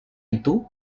itu